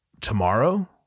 tomorrow